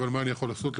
אבל מה אני יכול לעשות ,